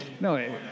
No